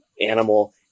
animal